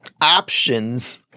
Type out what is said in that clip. options